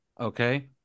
okay